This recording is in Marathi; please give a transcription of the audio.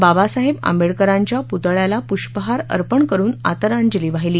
बाबासाहेब आंबेडकरांच्या पुतळ्याला पुष्पहार अर्पण करुन आदरांजली वाहिली